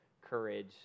courage